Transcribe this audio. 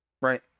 Right